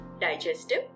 digestive